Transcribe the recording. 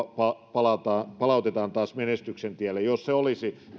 palautetaan palautetaan taas menestyksen tielle jos se olisi